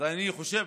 אז אני חושב